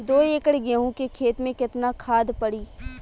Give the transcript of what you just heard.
दो एकड़ गेहूँ के खेत मे केतना खाद पड़ी?